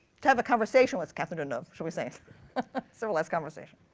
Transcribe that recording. to have a conversation with catherine deneuve, shall we say. a civilized conversation.